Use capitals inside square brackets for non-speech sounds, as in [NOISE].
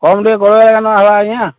କମ୍ ଟିକେ [UNINTELLIGIBLE] ଆଜ୍ଞା